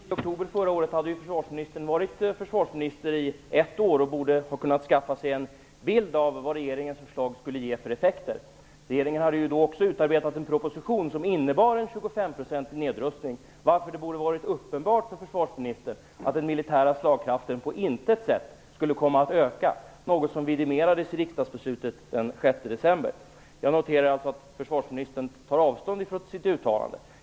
Herr talman! Vid denna intervju i oktober förra året hade försvarsministern varit försvarsminister under ett år och borde då ha kunnat skaffa sig en bild av vad regeringens förslag skulle ge för effekter. Regeringen hade också utarbetat en proposition som innebar en 25-procentig nedrustning, varför det borde ha varit uppenbart för försvarsministern att den militära slagkraften på intet sätt skulle komma att öka, något som vidimerades i riksdagsbeslutet den 6 december. Jag noterar alltså att försvarsministern tar avstånd från sitt uttalande.